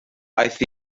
aeth